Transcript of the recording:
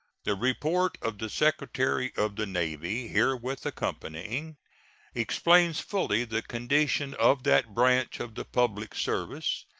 the report of the secretary of the navy herewith accompanying explains fully the condition of that branch of the public service,